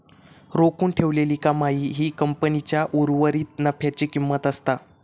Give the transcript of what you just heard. राखून ठेवलेली कमाई ही कंपनीच्या उर्वरीत नफ्याची किंमत असता